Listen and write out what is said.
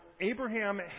Abraham